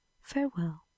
Farewell